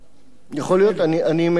יכול להיות, אני מקווה.